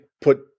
put